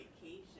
vacation